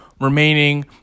remaining